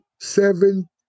seven